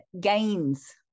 gains